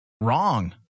wrong